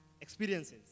experiences